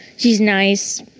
she's nice.